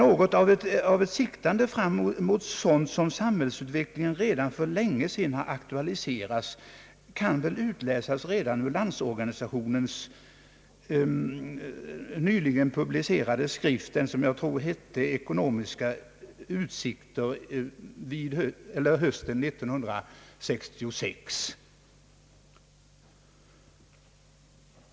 I Landsorganisationens nyligen publicerade skrift — jag tror den heter Ekonomiska utsikter hösten 1966 — kan man utläsa något av ett siktande framåt mot sådant som samhällsutvecklingen redan för längesedan har aktualiserat.